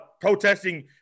protesting